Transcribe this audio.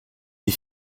des